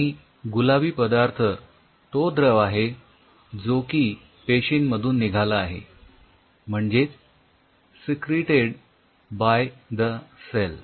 आणि गुलाबी पदार्थ तो द्रव आहे जो की पेशींमधून निघाला आहे म्हणजेच सिक्रिटेड बाय द सेल